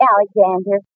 Alexander